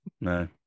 No